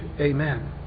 Amen